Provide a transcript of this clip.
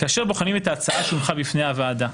כאשר בוחנים את ההצעה שהונחה בפני הוועדה,